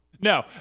No